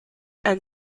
and